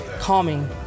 Calming